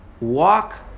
Walk